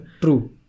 True